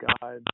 God